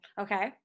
Okay